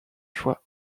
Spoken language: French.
choix